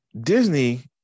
Disney